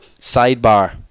sidebar